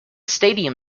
stadium